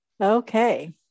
Okay